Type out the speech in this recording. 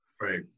Right